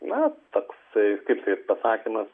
na toksai kaip tai pasakymas